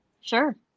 Sure